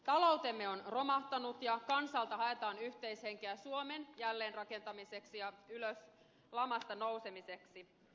taloutemme on romahtanut ja kansalta haetaan yhteishenkeä suomen jälleenrakentamiseksi ja lamasta ylös nousemiseksi